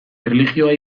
erlijioa